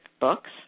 books